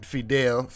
Fidel